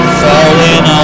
falling